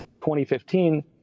2015